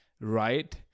right